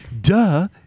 Duh